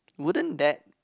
wouldn't that